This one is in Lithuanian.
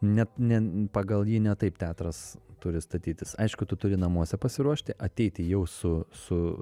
net ne pagal jį ne taip teatras turi statytis aišku tu turi namuose pasiruošti ateiti jau su su